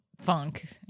Funk